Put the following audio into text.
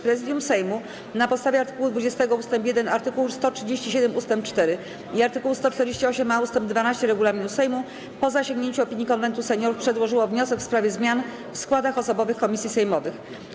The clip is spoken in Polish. Prezydium Sejmu na podstawie art. 20 ust. 1, art. 137 ust. 4 i art. 148a ust. 12 regulaminu Sejmu, po zasięgnięciu opinii Konwentu Seniorów, przedłożyło wniosek w sprawie zmian w składach osobowych komisji sejmowych.